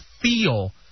feel